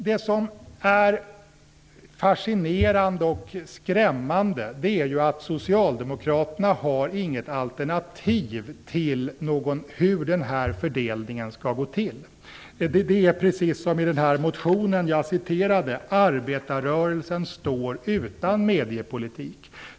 Det som är fascinerande och skrämmande är att socialdemokraterna inte har något alternativ till hur denna fördelning skall gå till. Det är precis som i den motion jag citerade - arbetarrörelsen står utan mediepolitik.